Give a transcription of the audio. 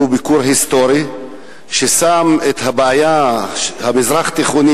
ביקור היסטורי ששם את הבעיה המזרח-תיכונית,